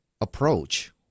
approach